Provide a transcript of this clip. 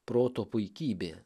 proto puikybė